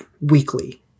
weekly